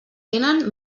tenen